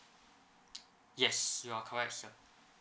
yes you are correct sir